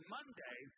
Monday